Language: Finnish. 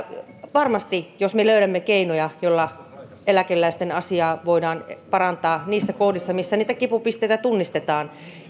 jos me löydämme keinoja joilla eläkeläisten asiaa voidaan parantaa niissä kohdissa missä niitä kipupisteitä tunnistetaan